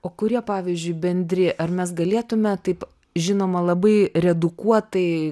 o kurie pavyzdžiui bendri ar mes galėtume taip žinoma labai redukuotai